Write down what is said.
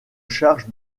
charge